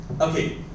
okay